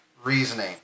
reasoning